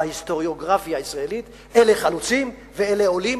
בהיסטוריוגרפיה הישראלית אלה חלוצים ואלה עולים,